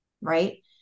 right